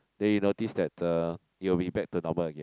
then you notice that the you'll be back to normal again